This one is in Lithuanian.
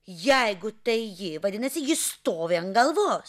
jeigu tai ji vadinasi ji stovi ant galvos